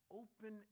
open